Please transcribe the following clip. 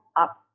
up